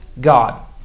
God